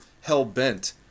hell-bent